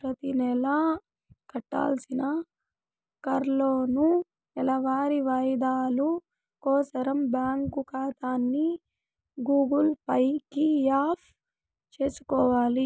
ప్రతినెలా కట్టాల్సిన కార్లోనూ, నెలవారీ వాయిదాలు కోసరం బ్యాంకు కాతాని గూగుల్ పే కి యాప్ సేసుకొవాల